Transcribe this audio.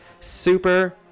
Super